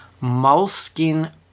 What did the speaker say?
moleskin